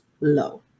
low